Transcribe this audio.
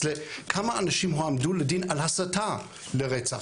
לכמה אנשים הועמדו לדין על הסתה לרצח,